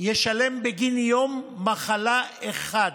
ישלם בגין יום מחלה אחד.